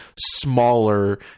smaller